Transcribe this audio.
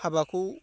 हाबाखौ